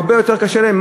הרבה יותר קשה להם.